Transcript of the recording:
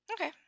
Okay